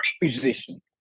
musician